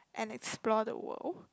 and explore the world